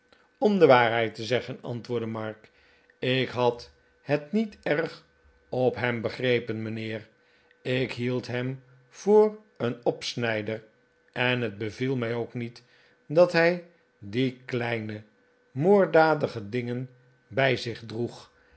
om de waarheid te zeggen antwoordde mark ik had het niet erg op hem begrepen mijnheer ik hield hem voor een opsnijder en het beviel mij ook niet dat hij die kleine moorddadige dingen bij zich droeg